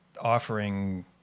offering